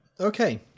Okay